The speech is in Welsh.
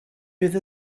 fydd